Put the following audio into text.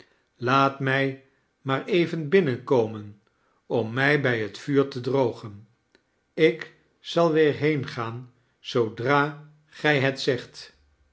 laat mij maar even binnenkomen om mij bij het vuur te drogen ik zal weer heengaan zoodra gij het zegt